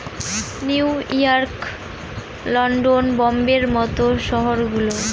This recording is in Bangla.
নিউ ইয়র্ক, লন্ডন, বোম্বের মত শহর গুলো